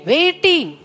Waiting